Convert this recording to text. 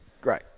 Great